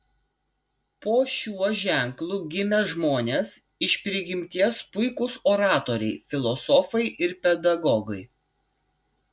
po šiuo ženklu gimę žmonės iš prigimties puikūs oratoriai filosofai ir pedagogai